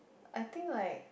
I think like